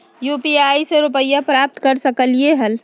UPI से रुपए प्राप्त कर सकलीहल?